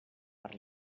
per